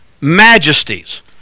majesties